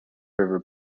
river